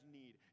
need